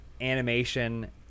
animation